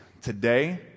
Today